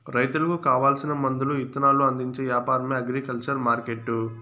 రైతులకు కావాల్సిన మందులు ఇత్తనాలు అందించే యాపారమే అగ్రికల్చర్ మార్కెట్టు